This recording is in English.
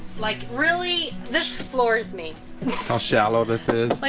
like really this floors me how shallow this is like,